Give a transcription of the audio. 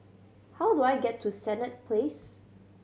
how do I get to Senett Place